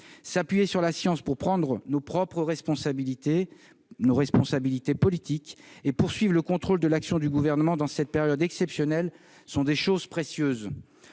S'appuyer sur la science pour prendre nos propres responsabilités politiques et poursuivre le contrôle de l'action du Gouvernement dans cette période exceptionnelle sont des choses précieuses.